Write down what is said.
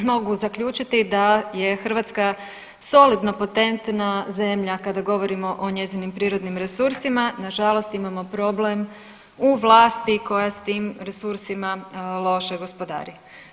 Mogu zaključiti da je Hrvatska solidno potentna zemlja kada govorimo o njezinim prirodnim resursima, nažalost imamo problem u vlasti koja s tim resursima loše gospodari.